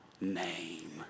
name